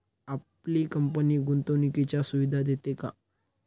आपली कंपनी गुंतवणुकीच्या सुविधा देते का?